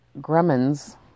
Grumman's